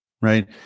Right